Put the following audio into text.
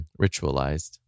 ritualized